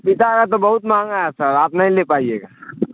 پپیتا ہے تو بہت مہنگا ہے سر آپ نہیں لے پائیے گا